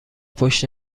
پشت